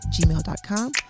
gmail.com